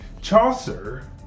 Chaucer